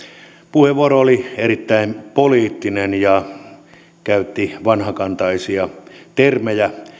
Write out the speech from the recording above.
puheenvuoro oli erittäin poliittinen ja hän käytti vanhakantaisia termejä